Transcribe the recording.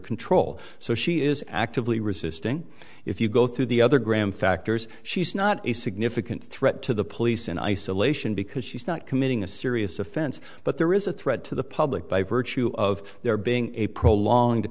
control so she is actively resisting if you go through the other graham factors she's not a significant threat to the police in isolation because she's not committing a serious offense but there is a threat to the public by virtue of their being a prolong